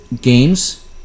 games